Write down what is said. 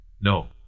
No